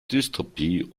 dystopie